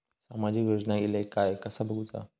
सामाजिक योजना इले काय कसा बघुचा?